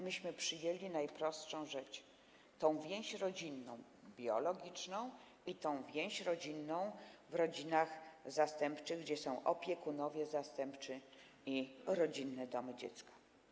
Myśmy przyjęli najprostszą rzecz: tę więź rodzinną biologiczną i tę więź rodzinną w rodzinach zastępczych, gdzie są opiekunowie zastępczy i rodzinne domy dziecka.